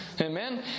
Amen